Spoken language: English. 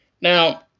Now